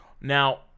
Now